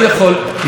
תודה רבה, אדוני.